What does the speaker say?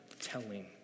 telling